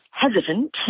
Hesitant